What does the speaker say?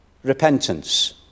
repentance